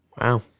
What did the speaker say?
Wow